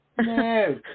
No